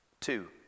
Two